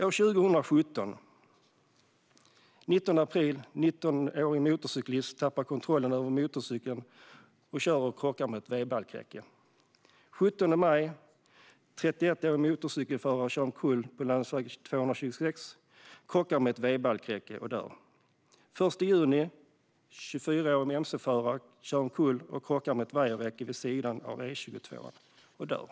År 2017: Den 19 april tappar en 19-årig motorcyklist kontrollen över motorcykeln och kör av och krockar med ett w-balkräcke. Den 17 maj kör en 31-årig motorcykelförare omkull på länsväg 226 och krockar med ett w-balkräcke och dör. Den 1 juni kör en 24-årig mc-förare omkull och krockar med ett vajerräcke vid sidan av E22 och dör.